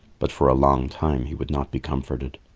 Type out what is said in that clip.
but for a long time he would not be comforted.